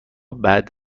بعد